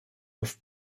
auf